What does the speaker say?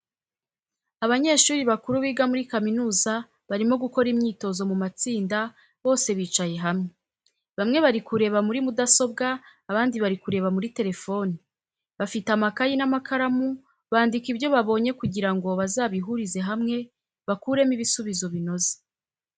Abanyeshuri bakuru biga muri kaminuza barimo gukora imyitozo mu matsinda, bose bicaye hamwe. Bamwe bari kureba muri mudasobwa, abandi bari kureba muri telefoni, bafite amakayi n'amakaramu bandika ibyo babonye kugira ngo bazabihurize hamwe bakuremo ibisubizo binoze.